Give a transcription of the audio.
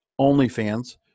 OnlyFans